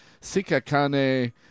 Sikakane